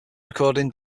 recording